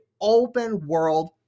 open-world